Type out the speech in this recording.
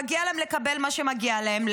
מגיע להם לקבל מה שמגיע להם,